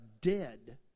dead